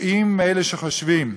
וטועים אלה שחושבים,